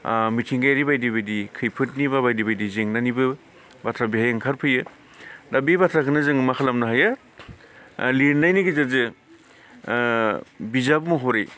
मिथिंगायारि बायदि बायदि खैफोदनि बा बायदि बायदि जेंनानिबो बाथ्रा बेवहाय ओंखारफैयो दा बे बाथ्राखौनो जों मा खालामनो हायो लिरनायनि गेजेरजों बिजाब महरै